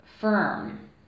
firm